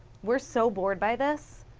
we're so boared by this,